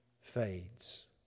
fades